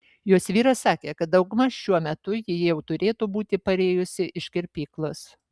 jos vyras sakė kad daugmaž šiuo metu ji jau turėtų būti parėjusi iš kirpyklos